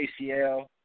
ACL